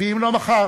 ואם לא מחר,